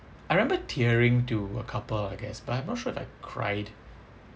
I remember tearing to a couple I guess but I'm not sure if I cried